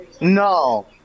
No